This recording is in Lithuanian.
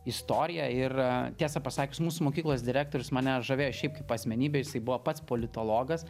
istorija ir tiesą pasakius mūsų mokyklos direktorius mane žavėjo šiaip kaip asmenybė jisai buvo pats politologas